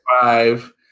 five